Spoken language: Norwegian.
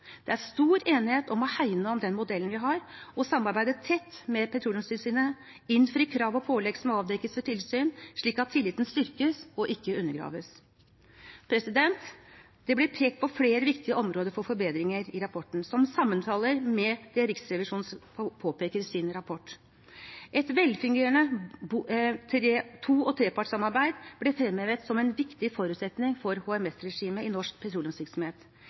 Det er stor enighet om å hegne om den modellen vi har, samarbeide tett med Petroleumstilsynet, og innfri krav og pålegg som avdekkes ved tilsyn, slik at tilliten styrkes og ikke undergraves. Det blir pekt på flere viktige områder for forbedringer i rapporten som sammenfaller med det Riksrevisjonen påpeker i sin rapport. Et velfungerende to- og trepartssamarbeid blir fremhevet som en viktig forutsetning for HMS-regimet i norsk petroleumsvirksomhet.